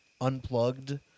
unplugged